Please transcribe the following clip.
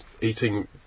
eating